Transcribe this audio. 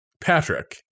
Patrick